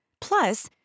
Plus